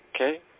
Okay